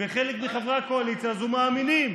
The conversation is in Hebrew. וחלק מחברי הקואליציה הזאת מאמינים,